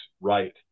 right